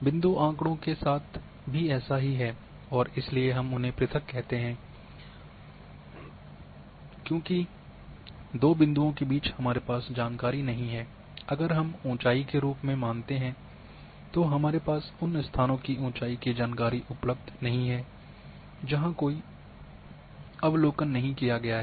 बिंदु आँकड़ों के साथ भी ऐसा ही है और इसलिए हम उन्हें पृथक कहते हैं क्योंकि दो बिंदुओं के बीच हमारे पास जानकारी नहीं है अगर हम ऊंचाई के रूप में मानते हैं तो हमारे पास उन स्थानों की ऊंचाई की जानकारी उपलब्ध नहीं है जहाँ कोई अवलोकन नहीं है